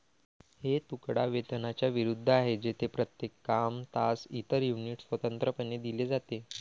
हे तुकडा वेतनाच्या विरुद्ध आहे, जेथे प्रत्येक काम, तास, इतर युनिट स्वतंत्रपणे दिले जाते